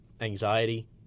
anxiety